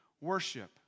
worship